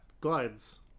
glides